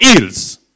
ills